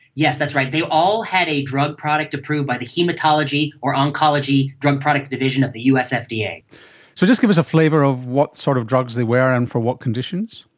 yes, that's right, they all had a drug product approved by the haematology or oncology drug products division of the usfda. so just give us a flavour of what sort of drugs they were and for what conditions.